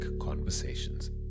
conversations